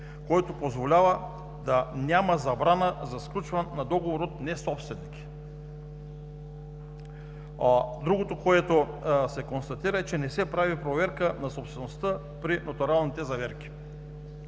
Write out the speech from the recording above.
който позволява да няма забрана за сключване на договор от несобственик. Другото, което се констатира, е, че не се прави проверка на собствеността при нотариалните заверки.